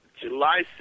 July